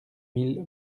mille